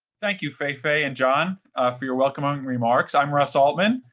thank you, fei-fei and john for your welcoming remarks. i'm russ altman.